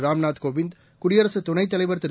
ராம்நாத் கோவிந்த் குடியரசு துணைத் தலைவர் திரு